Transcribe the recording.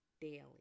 daily